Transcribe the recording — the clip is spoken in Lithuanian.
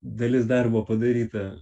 dalis darbo padaryta